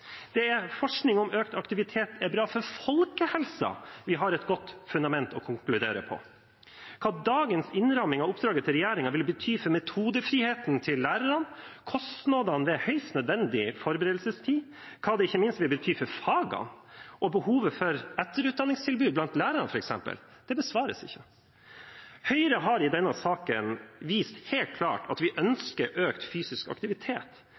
Det er forskning om at økt aktivitet er bra for folkehelsa, vi har et godt fundament for å konkludere på. Hva dagens innramming av oppdraget til regjeringen vil bety for metodefriheten til lærerne, kostnadene ved høyst nødvendig forberedelsestid og ikke minst for fagene og behovet for etterutdanningstilbud blant lærerne f.eks., besvares ikke. Høyre har i denne saken vist helt klart at vi ønsker økt fysisk aktivitet,